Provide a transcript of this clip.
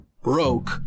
broke